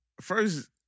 first